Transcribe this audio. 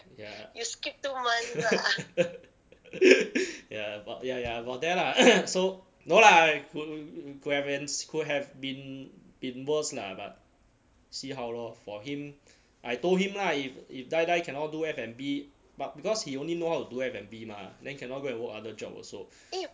ya ya about ya ya about there lah so no lah c~ c~ could have could have been been worse lah but see how lor for him I told him lah if if die die cannot do F&B but because he only know how to do F&B mah then cannot go and work other job also